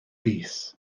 bys